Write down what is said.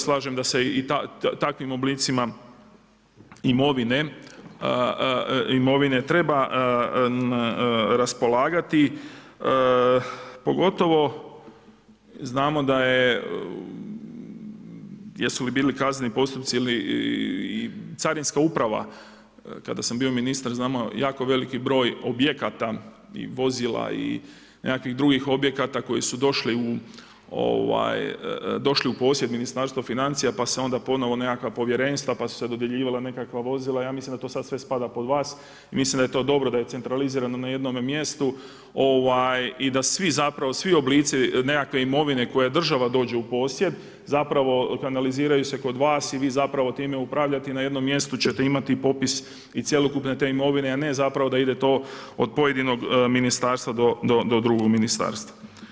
Slažem se da se i takvim oblicima imovine treba raspolagati pogotovo znamo jesu li bili kazneni postupci ili carinska uprava, kada sam bio ministar, znamo jako veliki broj objekata i vozila i nekakvih drugih objekata koji su došli u posjed Ministarstva financija pa se onda nekakva povjerenstva, pa su se dodjeljivala nekakva vozila, ja mislim da sad sve spada pod vas, mislim da je to dobro, da je to centralizirano na jednome mjestu i da svi oblici nekakve imovine kojoj država dođe u posjed, zapravo kanaliziraju se kod vas i vi zapravo time upravljate, na jednom mjestu ćete imati popis i cjelokupne te imovine a ne zapravo da idete od pojedinog ministarstva do drugog ministarstva.